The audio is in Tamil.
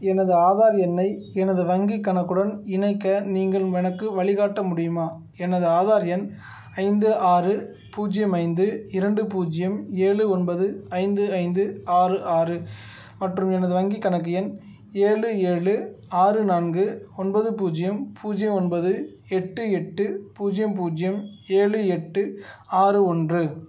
எனது ஆதார் எண்ணை எனது வங்கிக் கணக்குடன் இணைக்க நீங்களும் எனக்கு வழிகாட்ட முடியுமா எனது ஆதார் எண் ஐந்து ஆறு பூஜ்ஜியம் ஐந்து இரண்டு பூஜ்ஜியம் ஏழு ஒன்பது ஐந்து ஐந்து ஆறு ஆறு மற்றும் எனது வங்கிக் கணக்கு எண் ஏழு ஏழு ஆறு நான்கு ஒன்பது பூஜ்ஜியம் பூஜ்ஜியம் ஒன்பது எட்டு எட்டு பூஜ்ஜியம் பூஜ்ஜியம் ஏழு எட்டு ஆறு ஒன்று